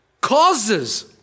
Causes